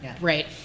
right